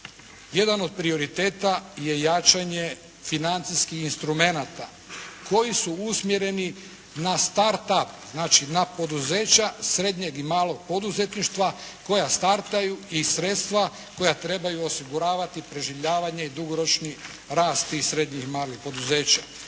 Jedan od prioriteta je jačanje financijskih instrumenata koji su usmjereni na start A, znači na poduzeća srednjeg i malog poduzetništva koja startaju i sredstva koja trebaju osiguravati preživljavanje i dugoročni rast tih srednjih malih poduzeća.